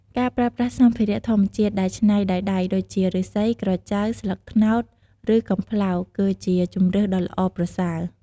ការប្រើប្រាស់សម្ភារៈធម្មជាតិដែលច្នៃដោយដៃ ដូចជា ឫស្សី ក្រចៅ ស្លឹកត្នោត ឬ កំប្លោក គឺជាជម្រើសដ៏ល្អប្រសើរ។